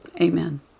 amen